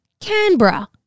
Canberra